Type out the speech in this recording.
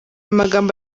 magambo